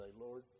Lord